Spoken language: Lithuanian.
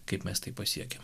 kaip mes taip pasiekiam